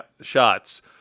shots